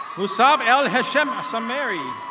usab el hashem-samari.